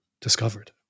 discovered